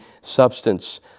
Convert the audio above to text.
substance